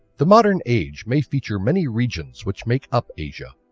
the modern age may feature many regions which make up asia.